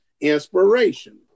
inspiration